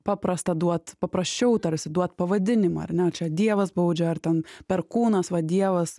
paprasta duot paprasčiau tarsi duot pavadinimą ar ne čia dievas baudžia ar ten perkūnas va dievas